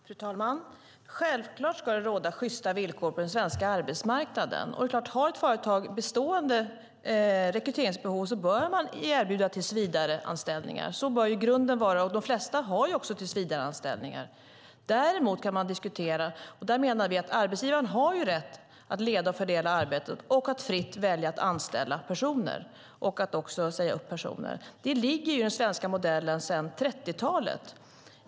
Fru talman! Självklart ska det råda sjysta villkor på den svenska arbetsmarknaden. Om ett företag har bestående rekryteringsbehov bör man erbjuda tillsvidareanställningar. Det bör vara grunden. De flesta har också tillsvidareanställning. Arbetsgivaren har rätt att leda och fördela arbetet och att fritt välja att anställa personer och också att säga upp personer. Det ligger i den svenska modellen sedan 30-talet.